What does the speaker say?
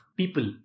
people